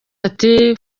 ati